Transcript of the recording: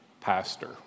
pastor